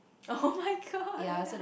oh-my-god